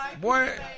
boy